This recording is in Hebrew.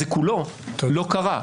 כולו לא קרה.